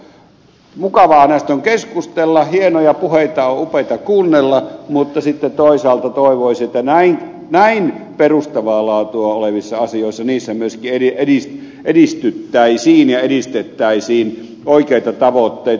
mukavaa näistä on keskustella ja hienoja puheita on upeaa kuunnella mutta sitten toisaalta toivoisi että näin perustavaa laatua olevissa asioissa myöskin edistyttäisiin ja edistettäisiin oikeita tavoitteita